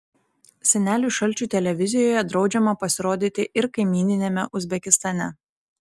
seneliui šalčiui televizijoje draudžiama pasirodyti ir kaimyniniame uzbekistane